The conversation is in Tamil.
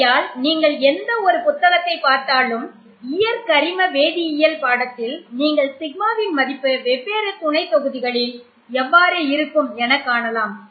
ஆகையால் நீங்கள் எந்த ஒரு புத்தகத்தைப் பார்த்தாலும் இயற் கரிம வேதியியல் பாடத்தில் நீங்கள் σ வின் மதிப்பு வெவ்வேறு துணை தொகுதிகளில் எவ்வாறு இருக்கும் என காணலாம்